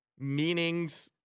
meanings